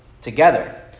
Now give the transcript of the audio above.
together